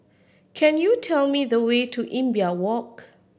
could you tell me the way to Imbiah Walk